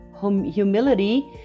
humility